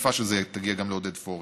לדחיפה של זה יגיע גם לעודד פורר.